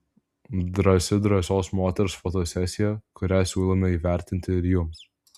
drąsi drąsios moters fotosesija kurią siūlome įvertinti ir jums